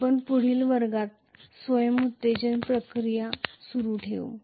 आपण पुढील वर्गात स्वयं उत्तेजन प्रक्रिया सुरू ठेवू